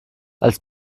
als